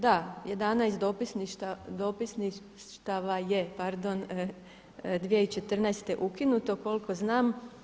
Da, 11 dopisništava je, pardon, 2014. ukinuto koliko znam.